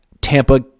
Tampa